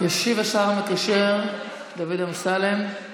ישיב השר המקשר דוד אמסלם.